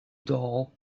doll